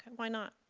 why not?